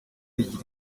igira